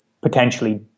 potentially